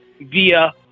via